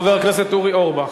חבר הכנסת אורי אורבך.